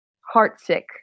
heart-sick